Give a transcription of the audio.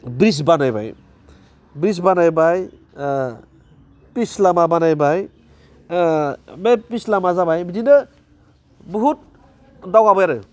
bridge बानायबाय bridge बानायबाय fish लामा बानायबाय बे फिस लामा जाबाय बिदिनो बुहुथ दावगाबाय आरो